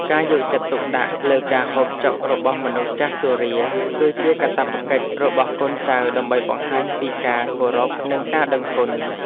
ការយកចិត្តទុកដាក់លើការហូបចុករបស់មនុស្សចាស់ជរាគឺជាកាតព្វកិច្ចរបស់កូនចៅដើម្បីបង្ហាញពីការគោរពនិងការដឹងគុណ។